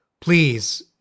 Please